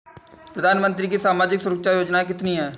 प्रधानमंत्री की सामाजिक सुरक्षा योजनाएँ कितनी हैं?